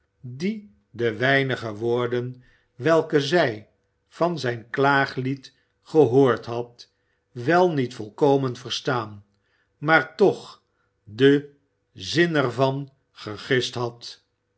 die de weinige woorden welke zij van zijn klaaglied gehoord had wel niet volkomen verstaan maar toch den zin er van wel gegist had